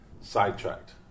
sidetracked